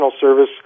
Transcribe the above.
service